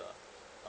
lah